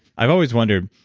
i've always wondered,